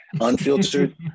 unfiltered